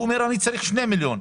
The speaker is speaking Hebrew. הוא אומר שהוא צריך 2 מיליון.